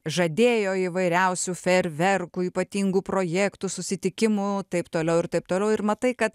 žadėjo įvairiausių fejerverkų ypatingų projektų susitikimų taip toliau ir taip toliau ir matai kad